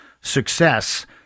success